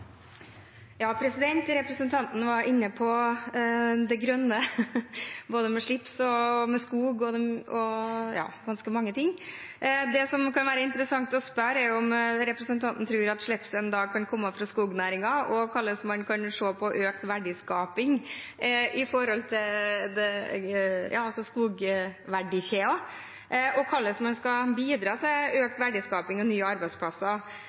skog, ja mange ting. Det det kan være interessant å spørre om, er om representanten tror at slipset en dag kan komme fra skognæringen. Hvordan kan man se på økt verdiskaping i skogverdikjeden, og hvordan kan man bidra til økt verdiskaping og nye arbeidsplasser